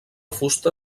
fusta